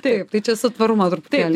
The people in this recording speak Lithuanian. taip tai čia su tvarumo truputėlį